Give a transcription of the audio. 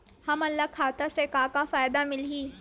हमन ला खाता से का का फ़ायदा मिलही?